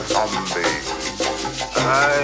zombie